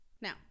Now